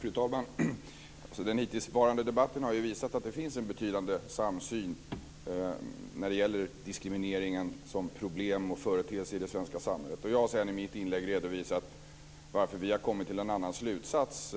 Fru talman! Den hittillsvarande debatten har visat att det finns en betydande samsyn på diskrimineringen som problem och företeelse i det svenska samhället. Jag har i mitt inlägg redovisat varför vi har kommit fram till en annan slutsats